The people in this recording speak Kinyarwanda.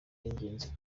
y’ingenzi